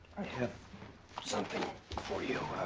have something for you.